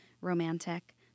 romantic